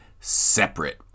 Separate